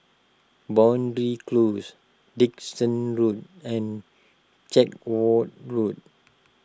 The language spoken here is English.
Boundary Close Dickson Road and Chatsworth Road